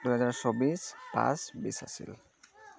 দুহেজাৰ চৌবিছ পাঁচ বিছ আছিল